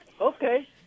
Okay